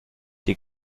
die